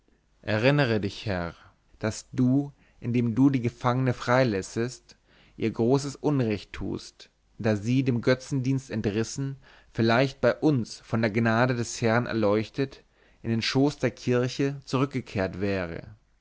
erinnere dich herr daß du indem du die gefangene freilässest ihr großes unrecht tust da sie dem götzendienst entrissen vielleicht bei uns von der gnade des herrn erleuchtet in den schoß der kirche zurückgekehrt wäre